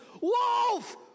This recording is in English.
wolf